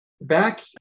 Back